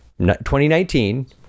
2019